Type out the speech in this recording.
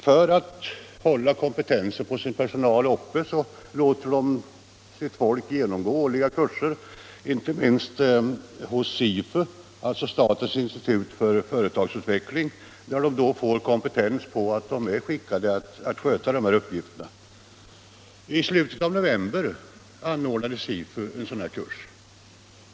För att hålla kompetensen på sin personal uppe låter de sina anställda genomgå årliga kurser, inte minst hos SIFU, statens institut för företagsutveckling, där de då får kompetensintyg om att de är skickade att sköta de här uppgifterna. I slutet av november förra året anordnade SIFU en sådan här kurs.